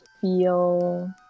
feel